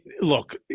look